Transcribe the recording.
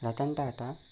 Ratan Tata